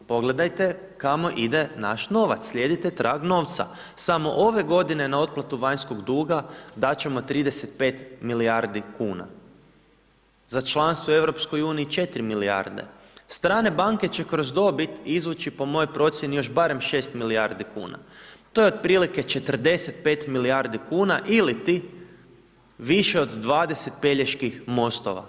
Pogledajte kamo ide naš novac, slijedite trag novca, samo ove godine na otplatu vanjskog duga dat ćemo 35 milijardi kuna, za članstvo u EU 4 milijarde, strane banke će kroz dobit izvući po mojoj procijeni još barem 6 milijardi kuna, to je otprilike 45 milijardi kuna iliti više od 20 Peljeških mostova.